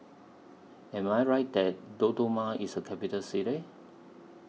Am I Right that Dodoma IS A Capital City